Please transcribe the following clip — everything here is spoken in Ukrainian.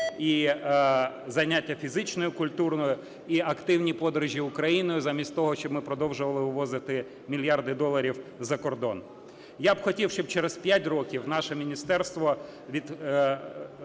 і зайняття фізичною культурою, і активні подорожі Україною, замість того, щоб ми продовжували вивозити мільярди доларів за кордон. Я б хотів, щоб через 5 років наше міністерство